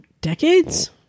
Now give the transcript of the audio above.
decades